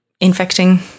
Infecting